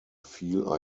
feel